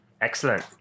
Excellent